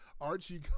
Archie